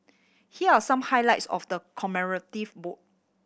here are some highlights of the commemorative book